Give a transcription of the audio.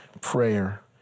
prayer